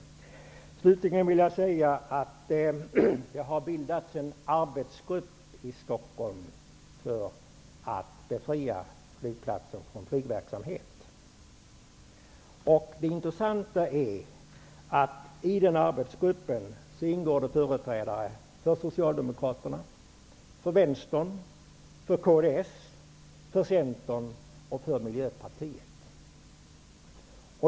Dessutom vill jag nämna att det i Stockholm har bildats en arbetsgrupp för att befria flygplatsen från flygverksamhet. Det intressanta är att det i denna arbetsgrupp ingår företrädare för Socialdemokraterna, för Vänsterpartiet, för kds, för Centern och för Miljöpartiet.